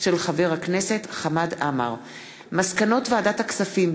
שי פירון בהמשך למסקנות ועדת החינוך,